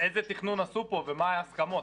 איזה תכנון עשו פה ומה ההסכמות?